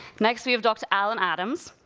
next, we have dr. allan adams.